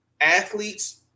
athletes